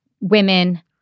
women